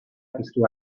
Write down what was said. piztu